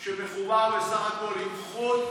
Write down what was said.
והפחד והחשש שמא המעשה יפגע בקשר עז עם ילדיו ובילדים